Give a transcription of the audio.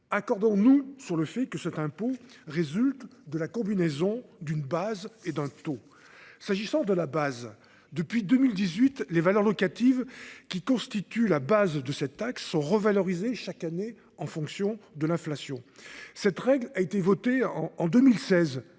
Accordons-nous sur le fait que cet impôt résulte de la combinaison d’une base et d’un taux. Depuis 2018, les valeurs locatives, qui constituent la base de la taxe, sont revalorisées chaque année en fonction de l’inflation. Cette règle a été votée en 2016,